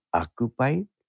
occupied